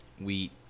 wheat